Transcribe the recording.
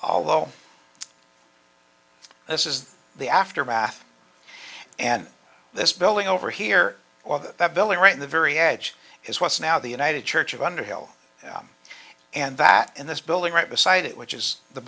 although this is the aftermath and this building over here or that village right in the very edge is what's now the united church of underhill and that in this building right beside it which is the